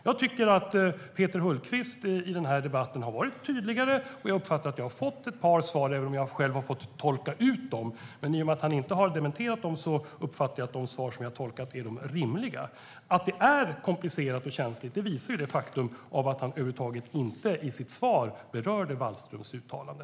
Jag tycker att Peter Hultqvist i den här debatten har varit tydligare. Jag uppfattar att jag har fått ett par svar, även om jag själv har fått tolka dem. I och med att han inte har dementerat dem utgår jag från att de tolkningar som jag har gjort är rimliga. Att detta är komplicerat och känsligt visar det faktum att han i sitt svar inte berörde Wallströms uttalande.